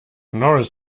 norris